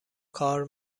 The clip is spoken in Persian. کار